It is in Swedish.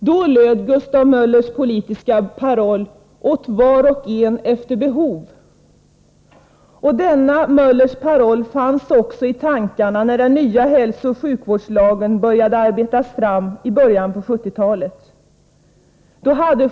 Då löd Gustav Möllers politiska paroll: Åt var och en efter behov. Denna Möllers paroll fanns också i tankarna när den nya hälsooch sjukvårdslagen började arbetas fram i början av 1970-talet.